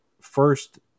first